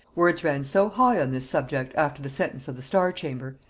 words ran so high on this subject after the sentence of the star-chamber,